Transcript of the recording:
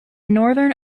northern